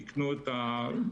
יקנו את המסכות,